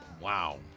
Wow